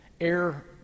air